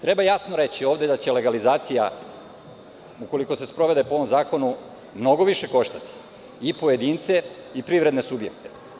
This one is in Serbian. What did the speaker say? Treba jasno reći, legalizacija će ukoliko se sprovede po ovom zakonu mnogo više koštati i pojedince i privredne subjekte.